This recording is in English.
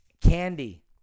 candy